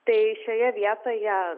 tai šioje vietoje